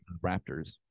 raptors